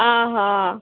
ହଁ ହଁ